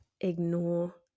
Ignore